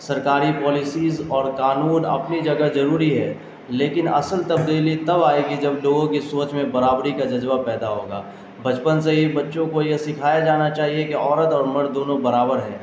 سرکاری پالیسیز اور قانون اپنی جگہ ضروری ہے لیکن اصل تبدیلی تب آئے گی جب لوگوں کی سوچ میں برابری کا جذبہ پیدا ہوگا بچپن سے ہی بچوں کو یہ سکھایا جانا چاہیے کہ عورت اور مرد دونوں برابر ہے